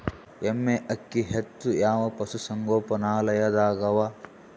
ಎಮ್ಮೆ ಅಕ್ಕಿ ಹೆಚ್ಚು ಯಾವ ಪಶುಸಂಗೋಪನಾಲಯದಾಗ ಅವಾ?